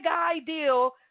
ideal